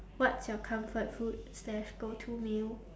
what's your comfort food slash go to meal